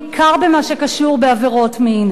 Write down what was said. בעיקר במה שקשור בעבירות מין.